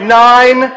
nine